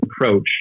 approach